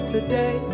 Today